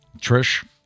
Trish